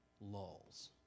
lulls